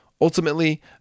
Ultimately